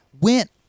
went